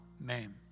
name